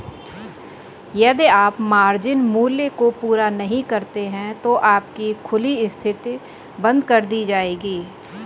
यदि आप मार्जिन मूल्य को पूरा नहीं करते हैं तो आपकी खुली स्थिति बंद कर दी जाएगी